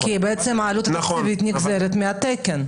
כי בעצם העלות התקציבית נגזרת מהתקן.